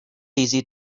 easy